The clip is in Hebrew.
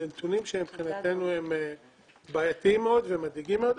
אלה נתונים שמבחינתנו הם בעייתיים מאוד ומדאיגים מאוד.